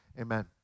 Amen